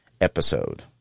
episode